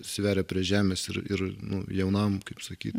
sveria prie žemės ir ir jaunam kaip sakyt